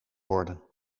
worden